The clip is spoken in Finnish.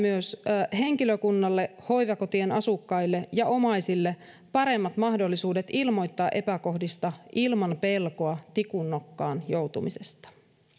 myös henkilökunnalle hoivakotien asukkaille ja omaisille paremmat mahdollisuudet ilmoittaa epäkohdista ilman pelkoa tikun nokkaan joutumisesta